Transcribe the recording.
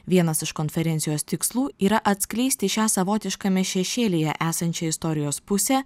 vienas iš konferencijos tikslų yra atskleisti šią savotiškame šešėlyje esančią istorijos pusę